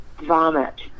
vomit